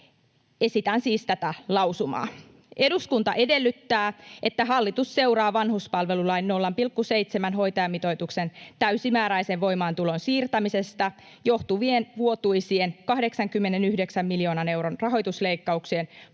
esitän siis tätä lausumaa: ”Eduskunta edellyttää, että hallitus seuraa vanhuspalvelulain 0,7-hoitajamitoituksen täysimääräisen voimaantulon siirtämisestä johtuvien vuotuisien 89 miljoonan euron rahoitusleikkauksien